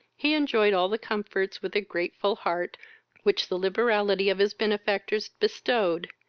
he enjoyed all the comforts, with a grateful heart which the liberality of his benefactors bestowed,